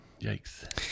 Yikes